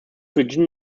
region